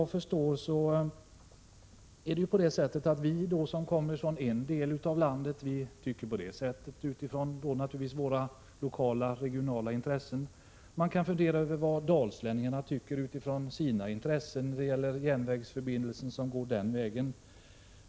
Det är naturligtvis så att vi som kommer från den del av landet jag företräder har våra speciella åsikter utifrån våra lokala och regionala intressen, och man kan fundera över vad exempelvis dalslänningarna tycker utifrån sina intressen när det gäller den järnvägsförbindelse som är aktuell för dem.